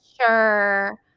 sure